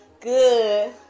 Good